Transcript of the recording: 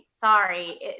sorry